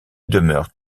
demeure